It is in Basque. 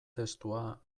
testua